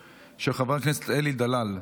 2023,